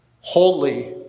Holy